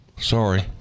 Sorry